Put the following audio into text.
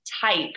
type